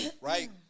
right